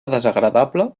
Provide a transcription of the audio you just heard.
desagradable